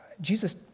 Jesus